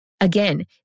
Again